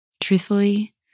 Truthfully